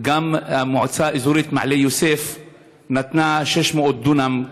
גם המועצה האזורית מעלה יוסף נתנה 600 דונם,